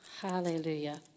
Hallelujah